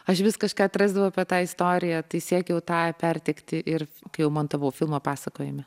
aš vis kažką atrasdavau apie tą istoriją tai siekiau tą perteikti ir kai jau montavau filmą pasakojime